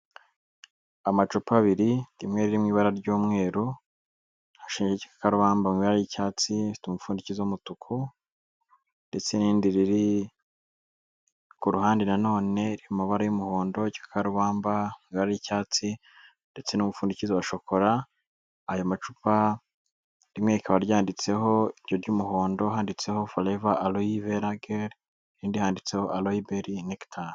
Amacupa abiri, rimwe riri mu ibara ry'umweru, hashushanyijeho igikakarubamba mu ibara ry'icyatsi, rifite umupfundikizo w'umutuku ndetse n'irindi riri ku ruhande na none riri mu mabara y'umuhondo, igikakarubamba, ibara ry'icyatsi ndetse n'umupfundikizo wa shokora. Ayo macupa rimwe rikaba ryanditseho iryo ry'umuhondo handitseho forever aloe gel, irindi handitseho aloe berry nectar.